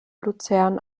luzern